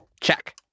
Check